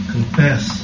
Confess